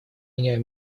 меня